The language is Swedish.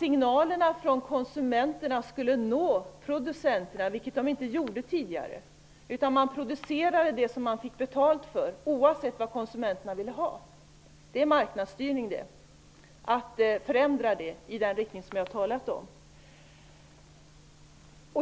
Signalerna från konsumenterna skulle nå producenterna, vilket de inte gjorde tidigare. Man producerade det man fick betalt för oavsett vad konsumenterna ville ha. Det är marknadsstyrning att förändra detta i den riktning som jag har talat om.